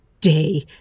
day